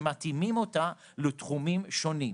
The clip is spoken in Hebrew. שמתאימים אותה לתחומים שונים.